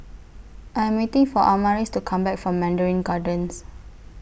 I Am waiting For Amaris to Come Back from Mandarin Gardens